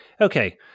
Okay